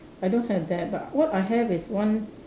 I don't have that but what I have is one